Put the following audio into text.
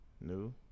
new